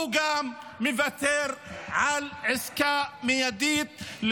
הוא גם מוותר על עסקה מיידית.